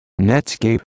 Netscape